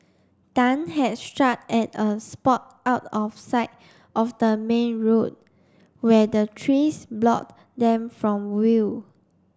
Tan had struck at a spot out of sight of the main road where the trees block them from view